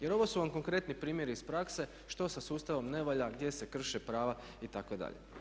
Jer ovo su vam konkretni primjer iz prakse što sa sustavom ne valja, gdje se krše prava itd.